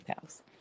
house